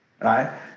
right